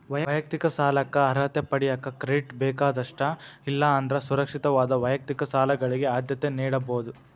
ವೈಯಕ್ತಿಕ ಸಾಲಕ್ಕ ಅರ್ಹತೆ ಪಡೆಯಕ ಕ್ರೆಡಿಟ್ ಬೇಕಾದಷ್ಟ ಇಲ್ಲಾ ಅಂದ್ರ ಸುರಕ್ಷಿತವಾದ ವೈಯಕ್ತಿಕ ಸಾಲಗಳಿಗೆ ಆದ್ಯತೆ ನೇಡಬೋದ್